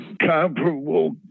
comparable